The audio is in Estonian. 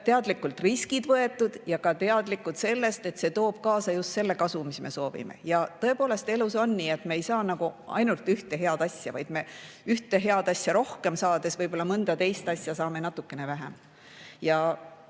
teadlikult riskid võetud ja me peame olema teadlikud, et see toob kaasa just selle kasu, mida me soovime. Tõepoolest, elus on nii, et me ei saa ainult ühte head asja. Me ühte head asja rohkem saades võib-olla mõnda teist [head] asja saame natukene vähem. Ja